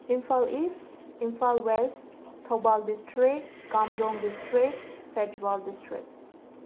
Imphal east Imphal west Thoubal district Kamjong district Pherzawl district